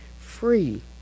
free